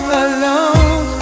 alone